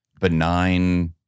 benign